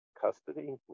custody